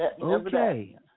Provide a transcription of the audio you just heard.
Okay